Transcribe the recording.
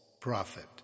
prophet